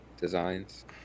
designs